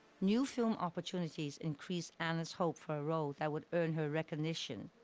new film opportunities increased anna's hope for a role that would earn her recognition,